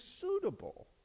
suitable